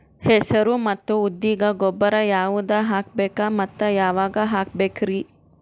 ಹೆಸರು ಮತ್ತು ಉದ್ದಿಗ ಗೊಬ್ಬರ ಯಾವದ ಹಾಕಬೇಕ ಮತ್ತ ಯಾವಾಗ ಹಾಕಬೇಕರಿ?